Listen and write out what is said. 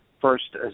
first